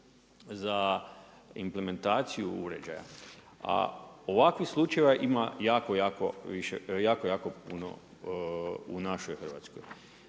za implementaciju uređaja. A ovakvih slučajeva ima jako, jako puno u našoj Hrvatskoj.